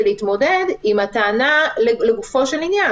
ולהתמודד עם הטענה לגופו של עניין.